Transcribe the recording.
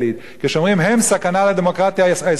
כשאומרים "הם סכנה לדמוקרטיה הישראלית",